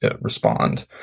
respond